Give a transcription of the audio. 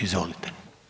Izvolite.